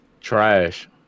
Trash